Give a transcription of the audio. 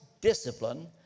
discipline